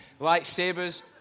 Lightsabers